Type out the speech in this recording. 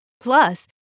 Plus